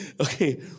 Okay